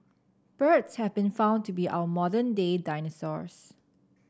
birds have been found to be our modern day dinosaurs